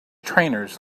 trainers